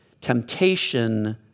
temptation